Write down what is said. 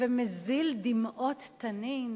ומזיל דמעות תנין